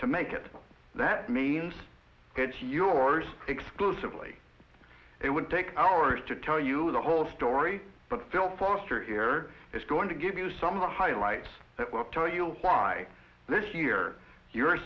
to make it that means it's yours exclusively it would take hours to tell you the whole story but phil foster here is going to give you some of the highlights that will tell you why this year you're